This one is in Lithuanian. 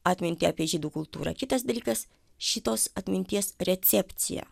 atmintį apie žydų kultūrą kitas dalykas šitos atminties recepcija